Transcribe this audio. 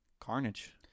carnage